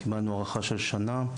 קיבלנו הארכה של שנה,